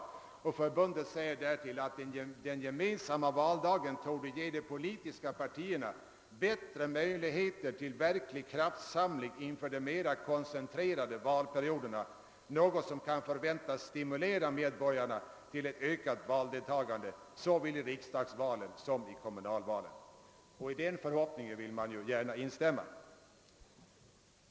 Förbundet säger därtill, att »den gemensamma valdagen torde ge de politiska partierna bättre möjligheter till verkliga kraft samlingar inför de mera koncentrerade valperioderna, något som kan förväntas stimulera medborgarna till ett ökat valdeltagande såväl i riksdagsvalen som i kommunalvalen». I den förhoppningen vill man gärna instämma.